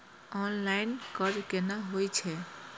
Online कर्ज केना होई छै?